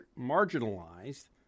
marginalized